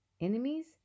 Enemies